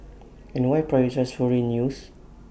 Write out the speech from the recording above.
and why prioritise foreign news